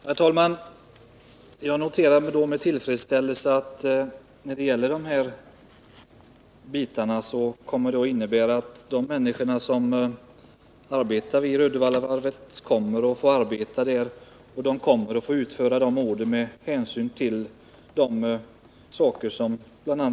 Herr talman! Jag noterar med tillfredsställelse att skrivningen innebär, med hänsyn till de omständigheter Rune Johansson har berört, att de människor som arbetar vid Uddevallavarvet kommer att få arbeta där och utföra de order som placeras hos varvet.